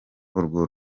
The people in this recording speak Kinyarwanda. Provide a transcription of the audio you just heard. urwo